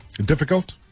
difficult